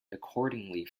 accordingly